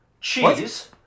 cheese